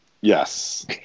Yes